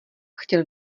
chtěl